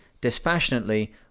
dispassionately